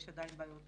יש עדיין בעיות